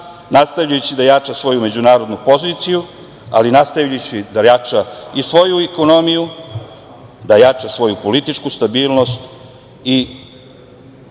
nastavljajući da jača svoju međunarodnu poziciju, ali nastavljajući da jača i svoju ekonomiju, da jača svoju političku stabilnost i